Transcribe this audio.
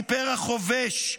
סיפר החובש,